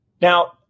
Now